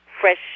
fresh